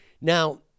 Now